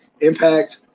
Impact